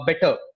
better